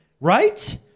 right